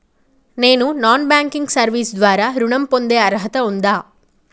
నేను non banking service ద్వారా ఋణం పొందే అర్హత ఉందా?